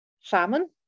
salmon